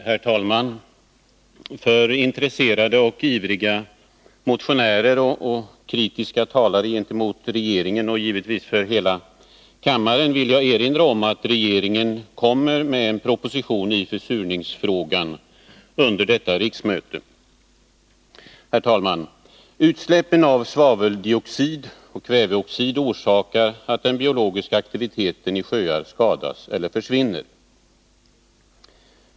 Herr talman! Jag vill erinra intresserade och ivriga motionärer, mot regeringen kritiska talare och givetvis hela kammaren, om att regeringen lägger fram en proposition i försurningsfrågan under detta riksmöte. Utsläppen av svaveldioxid och kväveoxid medför att den biologiska aktiviteten i sjöar skadas eller försvinner.